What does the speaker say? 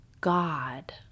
God